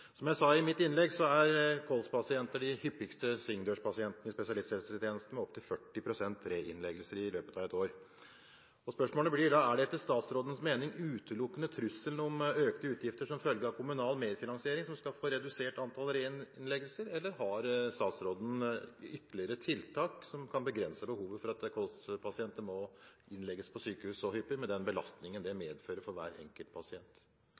Som jeg sa i mitt innlegg, er kolspasienter de hyppigste svingdørspasientene i spesialisthelsetjenesten, med opptil 40 pst. reinnleggelser i løpet av et år. Spørsmålet blir da: Er det etter statsrådens mening utelukkende trusselen om økte utgifter som følge av kommunal merfinansiering som skal få redusert antallet reinnleggelser, eller har statsråden ytterligere tiltak som kan begrense behovet for at kolspasienter må innlegges på sykehus så hyppig, med den belastningen det medfører for hver enkelt pasient?